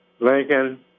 Lincoln